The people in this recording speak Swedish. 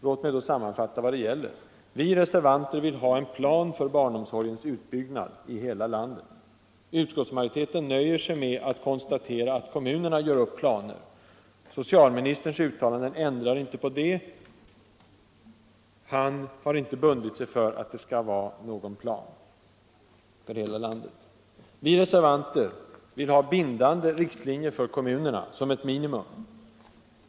Låt mig då sammanfatta vad det gäller: Vi reservanter vill ha en plan för barnomsorgsutbyggnaden i hela landet. Utskottsmajoriteten nöjer sig med att konstatera att kommunerna gör upp planer. Socialministerns uttalanden ändrar inte på det. Han har inte bundit sig för att det skall upprättas någon plan för hela landet. Vi reservanter vill ha bindande riktlinjer för kommunerna som ett minimum.